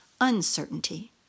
uncertainty